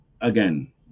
again